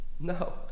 No